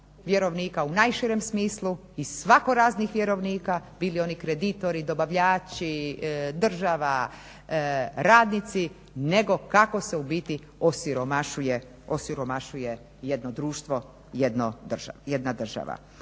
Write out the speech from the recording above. vjerovnika u najširem smislu i svakojakih vjerovnika bili oni kreditori, dobavljači, država, radnici, nego kako se ubiti osiromašuje jedno društvo, jedna država.